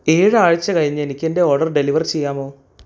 ഏഴ് ആഴ്ച കഴിഞ്ഞ് എനിക്ക് എൻ്റെ ഓർഡർ ഡെലിവർ ചെയ്യാമോ